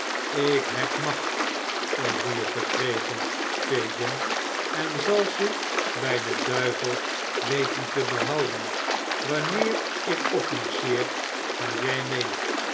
ik heb macht over je verkregen fagin en zal ze bij den duivel weten te behouden wanneer ik opmarcheer ga jij mee